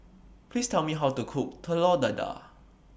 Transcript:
Please Tell Me How to Cook Telur Dadah